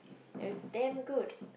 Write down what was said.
it was damn good